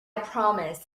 promise